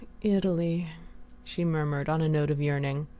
italy she murmured on a note of yearning.